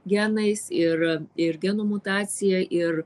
genais ir ir genų mutacija ir